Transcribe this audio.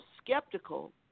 skeptical